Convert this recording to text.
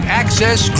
access